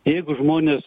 jeigu žmonės